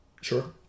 Sure